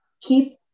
keep